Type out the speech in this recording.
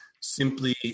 simply